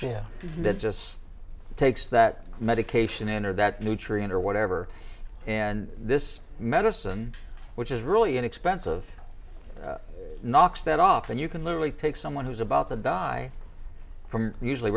jim that just takes that medication or that nutrient or whatever and this medicine which is really inexpensive knocks that off and you can literally take someone who's about to die from usually